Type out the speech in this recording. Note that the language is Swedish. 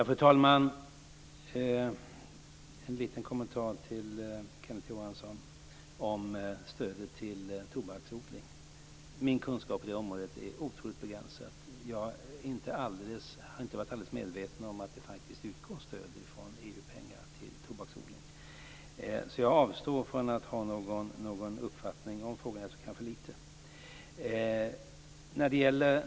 Fru talman! En liten kommentar till Kenneth Johansson om stödet till tobaksodling: Min kunskap på det området är otroligt begränsad. Jag har inte varit medveten om att det utgår stöd från EU till tobaksodling. Så jag avstår från att ha någon uppfattning i den frågan. Jag kan för lite.